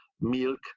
milk